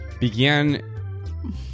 began